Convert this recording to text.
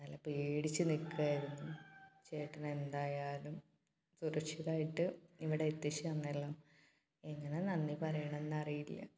നല്ല പേടിച്ച് നിൽക്കുവാരുന്നു ചേട്ടൻ എന്തായാലും സുരക്ഷിതമായിട്ട് ഇവിടെ എത്തിച്ച് തന്നല്ലോ എങ്ങനെ നന്ദി പറയണം എന്ന് അറിയില്ല